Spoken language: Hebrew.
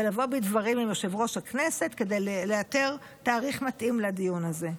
ולבוא בדברים עם יושב-ראש הכנסת כדי לאתר תאריך מתאים לדיון הזה.